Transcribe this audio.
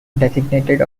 designated